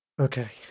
Okay